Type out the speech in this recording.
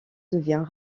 devient